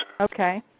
Okay